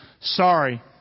Sorry